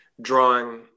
drawing